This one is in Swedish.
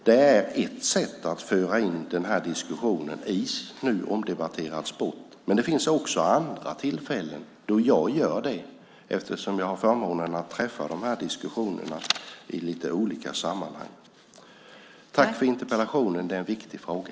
Det är ett sätt att föra in den här diskussionen i nu omdebatterad sport. Men det finns också andra tillfällen då jag gör det, eftersom jag har förmånen att träffa de här organisationerna i lite olika sammanhang. Tack för interpellationen! Det är en viktig fråga.